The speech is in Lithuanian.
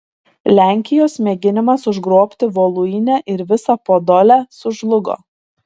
lenkijos mėginimas užgrobti voluinę ir visą podolę sužlugo